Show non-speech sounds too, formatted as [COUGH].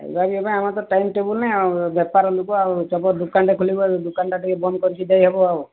[UNINTELLIGIBLE] ପାଇଁ ଆମର ତ ଟାଇମ ଟେବୁଲ୍ ନାହିଁ ଆଉ ବେପାର ଲୋକ ଆଉ [UNINTELLIGIBLE] ଦୋକାନଟେ ଖୋଲିବ ଦୋକାନଟା ଟିକେ ବନ୍ଦ କରିକି ଦେଇ ହେବ ଆଉ